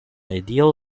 ideal